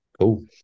Cool